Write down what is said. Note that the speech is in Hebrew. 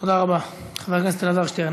תודה רבה, חבר הכנסת אלעזר שטרן.